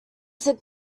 sit